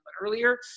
earlier